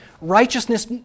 righteousness